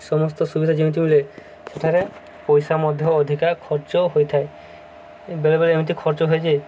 ସମସ୍ତ ସୁବିଧା ଯେମିତି ମିଳେ ସେଠାରେ ପଇସା ମଧ୍ୟ ଅଧିକା ଖର୍ଚ୍ଚ ହୋଇଥାଏ ବେଳେବେଳେ ଏମିତି ଖର୍ଚ୍ଚ ହୁଏ ଯେ